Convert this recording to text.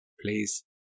please